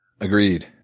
Agreed